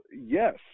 yes